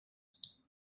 ngày